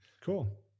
cool